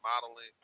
modeling